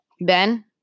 Ben